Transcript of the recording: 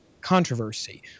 controversy